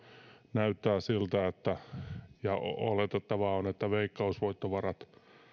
näyttää siltä ja oletettavaa on että veikkausvoittovarat